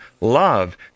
love